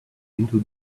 into